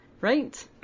right